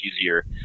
easier